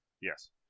yes